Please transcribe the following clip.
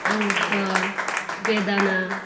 আঙুর ফল বেদানা